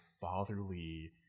fatherly